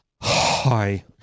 Hi